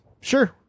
sure